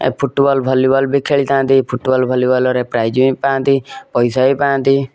football volleyball ବି ଖେଳିଥାନ୍ତି football ଭଲିବଲ୍ରେ ପ୍ରାଇଜ୍ ବି ପାଆନ୍ତି ପଇସା ବି ପାଆନ୍ତି